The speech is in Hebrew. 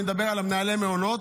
אני מדבר על מנהלי המעונות